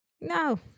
No